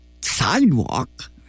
sidewalk